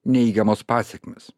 neigiamos pasekmės